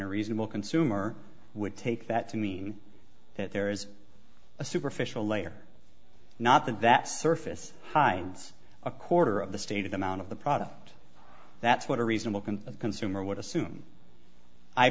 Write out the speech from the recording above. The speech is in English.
a reasonable consumer would take that to mean that there is a superficial layer not that that surface finds a quarter of the state amount of the product that's what a reasonable can consumer would assume i